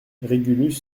régulus